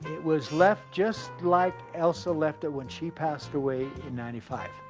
it was left just like elsa left it when she passed away in ninety five.